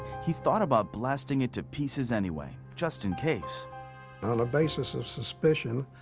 he thought about blasting it to pieces anyway, just in case. on a basis of suspicion,